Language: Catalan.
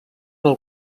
del